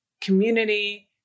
community